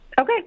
Okay